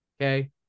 Okay